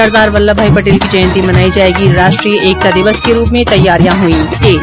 सरदार वल्लभ भाई पटेल की जयंती मनाई जायेगी राष्ट्रीय एकता दिवस के रूप में तैयारियां हुई तेज